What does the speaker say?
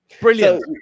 Brilliant